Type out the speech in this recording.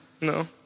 No